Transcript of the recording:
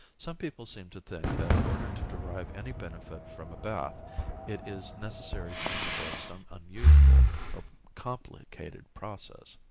some people seem to think that in order to derive any benefit from a bath it is necessary to employ some unusual or complicated process.